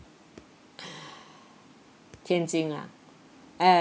tianjin ah uh